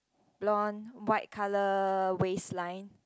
blond white colour waistline